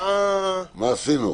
מה עשינו?